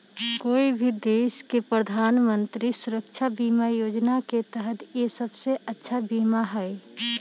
कोई भी देश के प्रधानमंत्री सुरक्षा बीमा योजना के तहत यह सबसे सस्ता बीमा हई